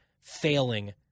failing